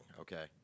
okay